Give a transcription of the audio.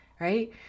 right